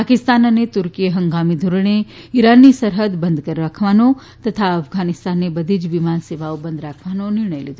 પાકિસ્તાન અને તુર્કીએ હંગામી ધોરણે ઈરાનની સરહદ બંધ રાખવાનો તથા અફધાનિસ્તાનને બધી જ વિમાન સેવાઓ બંધ કરવાનો નિર્ણય લીધો